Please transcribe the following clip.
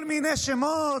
כל מיני שמות,